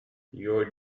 your